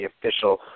official